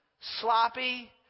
sloppy